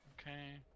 Okay